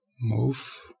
move